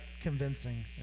convincing